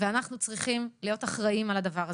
ואנחנו צריכים להיות אחראים על הדבר הזה.